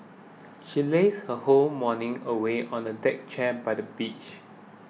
she lazed her whole morning away on a deck chair by the beach